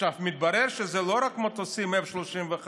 עכשיו מתברר שזה לא רק מטוסי F-35,